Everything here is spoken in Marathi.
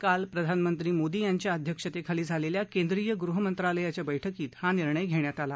काल प्रधानमंत्री मोदी यांच्या अध्यक्षतेखाली झालेल्या केंद्रीय गृहमंत्रालयाच्या बैठकीत हा निर्णय घेण्यात आला